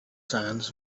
sands